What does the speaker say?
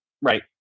Right